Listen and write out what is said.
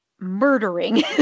murdering